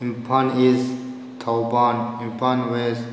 ꯏꯝꯐꯥꯟ ꯏꯁ ꯊꯧꯕꯥꯟ ꯏꯝꯐꯥꯟ ꯋꯦꯁ